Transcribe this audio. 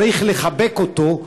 צריך לחבק אותו,